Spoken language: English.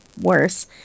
worse